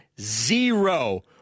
zero